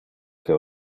que